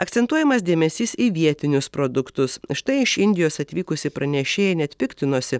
akcentuojamas dėmesys į vietinius produktus štai iš indijos atvykusi pranešėja net piktinosi